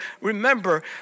remember